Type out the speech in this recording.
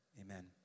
amen